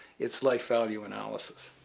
it's life value analysis.